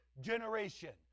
generation